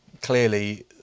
clearly